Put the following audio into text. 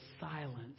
silence